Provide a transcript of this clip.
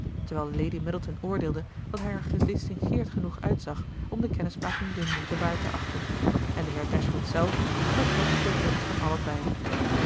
terwijl lady middleton oordeelde dat hij er gedistingeerd genoeg uitzag om de kennismaking de moeite waard te achten en de heer dashwood zelf vertrok verrukt van allebei